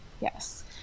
Yes